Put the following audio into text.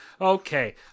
Okay